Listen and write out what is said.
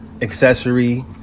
accessory